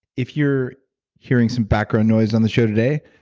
if you're hearing some background noise on the show today,